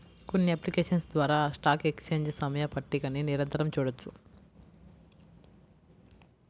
కొన్ని అప్లికేషన్స్ ద్వారా stock exchange సమయ పట్టికని నిరంతరం చూడొచ్చు